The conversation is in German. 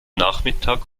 nachmittag